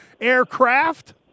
aircraft